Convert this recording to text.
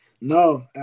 no